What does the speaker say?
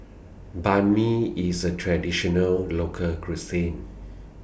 Banh MI IS A Traditional Local Cuisine